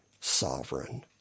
sovereign